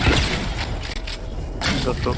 okay ਦੱਸੋ